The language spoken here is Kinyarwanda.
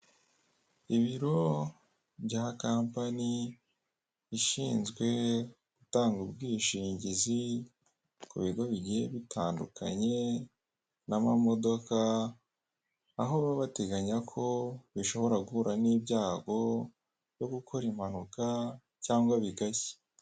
Ibiro bya kampani ishinzwe gutanga ubwishingizi ku bigo bigiye bitandukanye n'amamodoka, aho baba bateganya ko bishobora guhura n'ibyago byo gukora impanuka cyangwa bigashya.